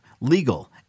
legal